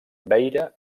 beira